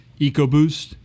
ecoboost